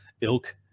ilk